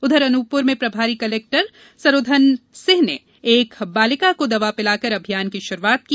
उधर अनूपपूर में प्रभारी कलेक्टर सरोधन सिंह ने एक बालिका को दवा पिलाकर अभियान की शुरूआत की